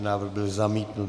Návrh byl zamítnut.